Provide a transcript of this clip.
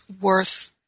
worth